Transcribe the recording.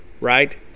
Right